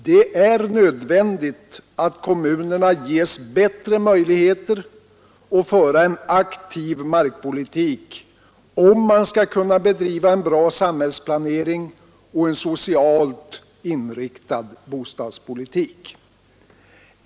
Det är nödvändigt att kommunerna ges bättre möjligheter att föra en aktiv markpolitik, om man skall kunna bedriva en bra samhällsplanering och en socialt inriktad bostadspolitik.